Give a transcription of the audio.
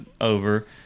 over